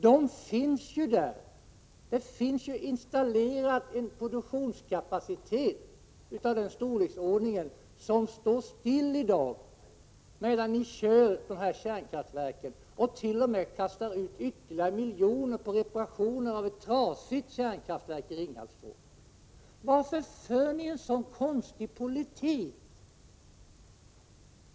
Det finns redan en anläggning installerad med en produktionskapacitet av den storleksordningen och den står still i dag, medan ni driver kärnkraftverk och t.o.m. kastar ut ytterligare miljoner på att reparera ett trasigt kärnkraftverk i Ringhals 2. Varför för ni en så konstig politik?